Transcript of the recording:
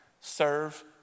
serve